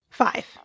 Five